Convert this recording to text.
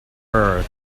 her